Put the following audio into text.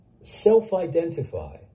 self-identify